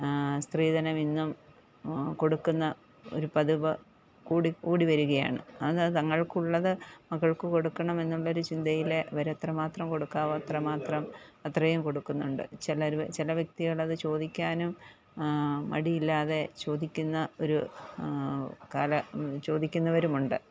സ്ത്രീധനം ഇന്നും കൊടുക്കുന്ന ഒരു പതിവ് കൂടിക്കൂടി വരികയാണ് അത് തങ്ങൾക്കുള്ളത് മകൾക്ക് കൊടുക്കണമെന്നുള്ള ഒരു ചിന്തയിൽ അവർ എത്രമാത്രം കൊടുക്കാവോ അത്രമാത്രം അത്രയും കൊടുക്കുന്നുണ്ട് ചിലർ ചെല വ്യക്തികൾ അത് ചോദിക്കാനും മടിയില്ലാതെ ചോദിക്കുന്ന ഒരു കാല ചോദിക്കുന്നവരുമുണ്ട്